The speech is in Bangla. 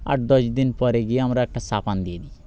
আট দশ দিন পরে গিয়ে আমরা একটা চাপান দিয়ে দিই